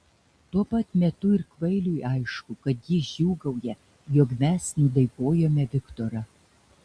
tuo pat metu ir kvailiui aišku kad jis džiūgauja jog mes nudaigojome viktorą